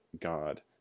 God